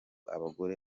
abagore